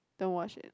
don't watch it